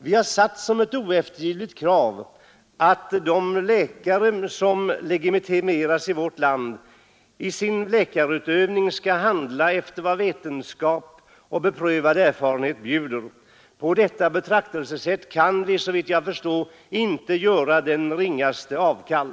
Vi har satt som ett oeftergivligt krav att de läkare som legitimeras i vårt land i sin läkarutövning skall handla efter vad vetenskap och beprövad erfarenhet bjuder. På detta betraktelsesätt kan vi, såvitt jag förstår, inte göra ringaste avkall.